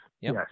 Yes